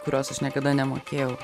kurios aš niekada nemokėjau